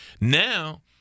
Now